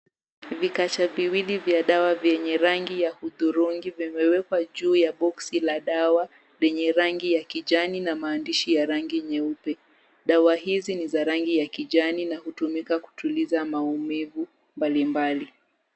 Vikasha viwili vya dawa vyenye rangi ya hudhurungi vimewekwa juu ya boksi la dawa lenye rangi ya kijani na maandishi ya rangi nyeupe. Dawa hizi ni za rangi ya kijani na hutumika kutuliza maumivu mbalimbali.